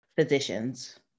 physicians